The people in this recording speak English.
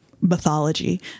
mythology